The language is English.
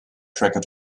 tracker